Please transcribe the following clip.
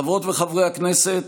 חברות וחברי הכנסת,